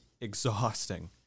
exhausting